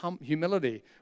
humility